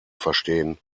verstehen